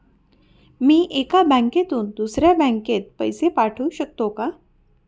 मी एका बँकेतून दुसऱ्या बँकेत पैसे पाठवू शकतो का?